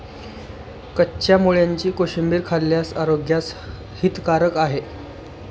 कच्च्या मुळ्याची कोशिंबीर खाल्ल्यास आरोग्यास हितकारक आहे